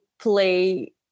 play